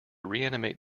reanimate